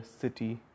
city